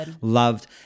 loved